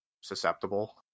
susceptible